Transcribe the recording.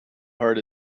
heart